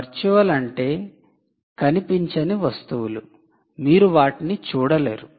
virtual అంటే కనిపించని వస్తువులు మీరు వాటిని చూడలేరు